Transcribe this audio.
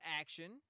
action